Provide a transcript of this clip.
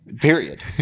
period